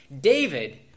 David